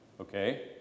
Okay